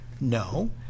No